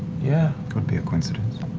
yeah could be a coincidence.